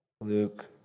Luke